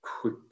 quick